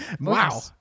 Wow